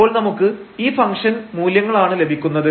അപ്പോൾ നമുക്ക് ഈ ഫംഗ്ഷൻ മൂല്യങ്ങളാണ് ലഭിക്കുന്നത്